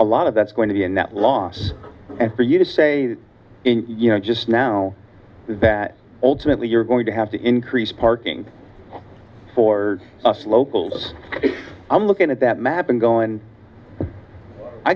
a lot of that's going to be a net loss and for you to say you know just now that ultimately you're going to have to increase parking for us locals i'm looking at that map and going i